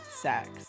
sex